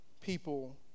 people